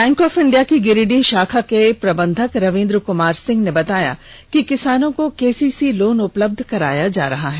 bank of India की गिरिडीह षाखा के प्रबंधक रविन्द्र कुमार सिंह ने बताया कि किसानों को केसीसी लोन उपलब्ध कराया जा रहा है